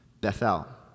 Bethel